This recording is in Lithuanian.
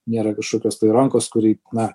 nėra kažkokios tai rankos kuri na